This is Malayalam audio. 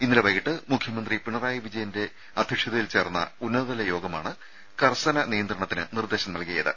ഇന്നലെ വൈകിട്ട് മുഖ്യമന്ത്രി പിണറായി വിജയന്റെ അധ്യക്ഷതയിൽ ചേർന്ന ഉന്നതതല യോഗമാണ് കർശന നിയന്ത്രണത്തിന് നിർദ്ദേശം നൽകിയത്